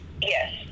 Yes